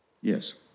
Yes